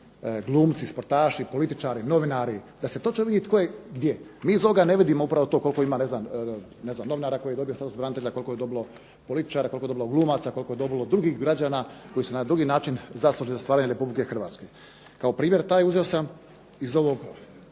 biti glumci, sportaši, političari, novinari da se točno vidi tko je gdje. Mi iz ovoga ne vidimo upravo to koliko ima ne znam novinara koji je dobio status branitelja, koliko je dobilo političara, koliko je dobilo glumaca, koliko je dobilo drugih građana koji su na drugi način zaslužni za stvaranje Republike Hrvatske. Kao primjer taj uzeo sam iz ovog